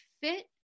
fit